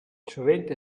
sovente